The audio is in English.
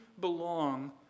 belong